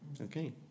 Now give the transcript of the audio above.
okay